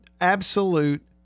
absolute